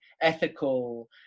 ethical